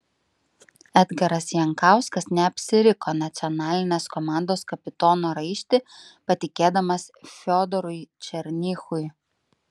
edgaras jankauskas neapsiriko nacionalinės komandos kapitono raištį patikėdamas fiodorui černychui